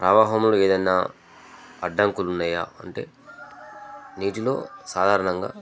ప్రవాహంలో ఏదన్నా అడ్డంకులు ఉన్నాయా అంటే నీటిలో సాధారణంగా